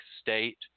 state